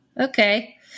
Okay